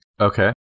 Okay